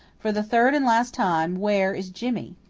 for the third and last time where is jimmy?